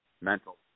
Mental